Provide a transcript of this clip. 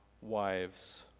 wives